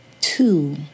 two